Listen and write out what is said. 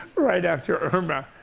right after irma.